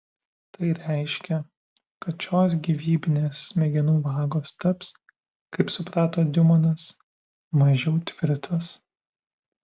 tai reiškia kad šios gyvybinės smegenų vagos taps kaip suprato diumonas mažiau tvirtos